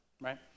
right